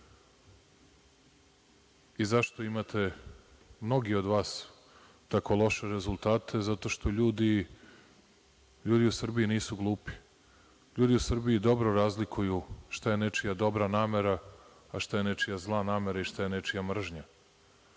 i zašto imate mnogi od vas tako loše rezultate, zato što ljudi u Srbiji nisu glupi. Ljudi u Srbiji dobro razlikuju šta je nečija dobra namera, a šta je nečija zla namera i šta je nečija mržnja.